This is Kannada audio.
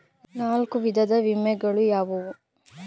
ನಾಲ್ಕು ವಿಧದ ವಿಮೆಗಳು ಯಾವುವು?